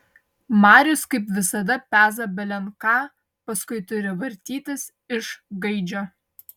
marius kaip visada peza belen ką paskui turi vartytis iš gaidžio